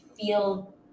feel